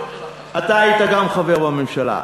אתה היית גם חבר בממשלה,